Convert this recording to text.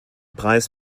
preis